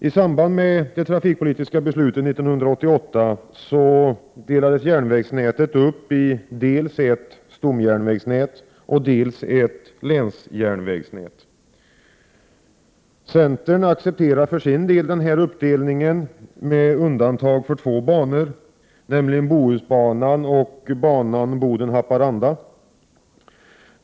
I samband med det trafikpolitiska beslutet 1988 delades järnvägsnätet upp i dels ett stomjärnvägsnät, dels ett länsjärnvägsnät. Centern accepterade för sin del denna uppdelning med undantag för två banor, nämligen Bohusbanan och banan Boden-Haparanda.